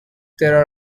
there